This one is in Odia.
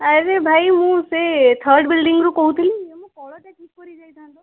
ଆରେ ଭାଇ ମୁଁ ସେ ଥାର୍ଡ଼ ବିଲଡ଼ିଂରୁ କହୁଥିଲି ମୋ କଳଟା ଠିକ୍ କରିଯାଇଥାନ୍ତ